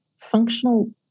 functional